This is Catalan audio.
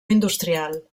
industrial